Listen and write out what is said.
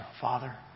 Father